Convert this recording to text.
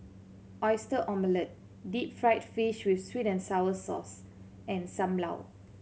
Oyster Omelette deep fried fish with sweet and sour sauce and Sam Lau